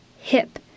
hip